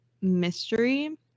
mystery